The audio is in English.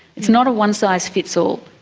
it's not a one size fits all.